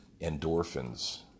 endorphins